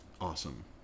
Awesome